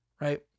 right